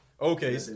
Okay